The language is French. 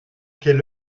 quelle